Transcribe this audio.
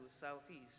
Southeast